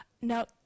Now